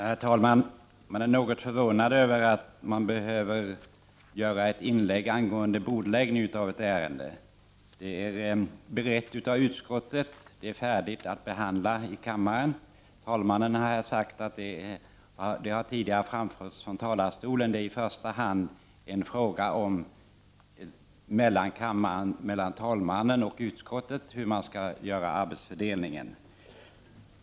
Herr talman! Jag känner mig något förvånad över att behöva göra ett inlägg angående bordläggning av ett ärende. Det är berett av utskottet, och det är färdigt att behandlas i kammaren. Talmannen har sagt och det har tidigare anförts från talarstolen att det i första hand är en fråga mellan talmannen och utskottet hur man skall göra arbetsfördelningen.